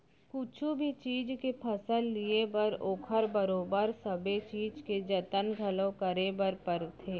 कुछु भी चीज के फसल लिये बर ओकर बरोबर सबे चीज के जतन घलौ करे बर परथे